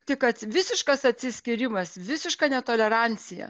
tik kad visiškas atsiskyrimas visiška netolerancija